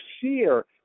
fear